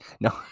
No